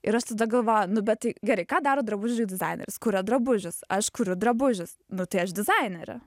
ir aš tada galvoju nu bet tai gerai ką daro drabužių dizaineris kuria drabužius aš kuriu drabužius nu tai aš dizainere